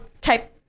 type